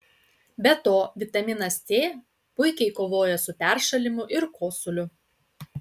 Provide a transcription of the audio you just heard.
be to vitaminas c puikiai kovoja su peršalimu ir kosuliu